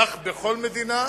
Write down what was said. כך בכל מדינה,